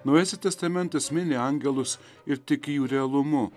naujasis testamentas mini angelus ir tiki jų realumu